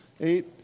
eight